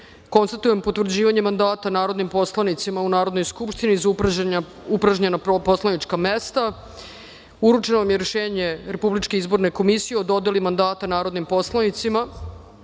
konstatujem potvrđivanje mandata narodnim poslanicima u Narodnoj skupštini za upražnjena poslanička mesta. Uručeno vam je rešenje RIK o dodeli mandata narodnim poslanicima. Uručen